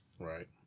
right